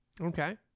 Okay